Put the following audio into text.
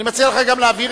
אני מציע לך גם להעביר